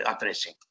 addressing